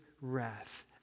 wrath